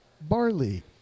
barley